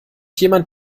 jemand